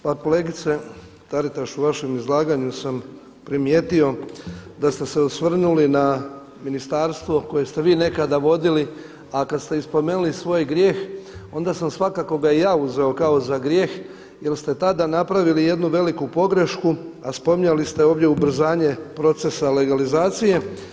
Pa kolegice Taritaš u vašem izlaganju sam primijetio da ste se osvrnuli na ministarstvo koje ste vi nekada vodili, a kada ste i spomenuli svoj grijeh, onda sam svakako ga i ja uzeo kao za grijeh jer ste tada napravili jednu veliku pogrešku, a spominjali ste ovdje ubrzanje procesa legalizacije.